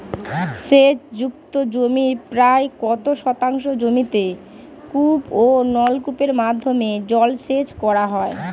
সেচ যুক্ত জমির প্রায় কত শতাংশ জমিতে কূপ ও নলকূপের মাধ্যমে জলসেচ করা হয়?